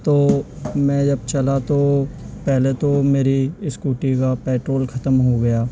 تو میں جب چلا تو پہلے تو میری اسکوٹی کا پٹرول ختم ہو گیا